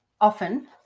often